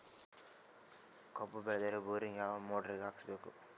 ಕಬ್ಬು ಬೇಳದರ್ ಬೋರಿಗ ಯಾವ ಮೋಟ್ರ ಹಾಕಿಸಬೇಕು?